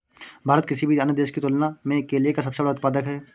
भारत किसी भी अन्य देश की तुलना में केले का सबसे बड़ा उत्पादक है